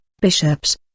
bishops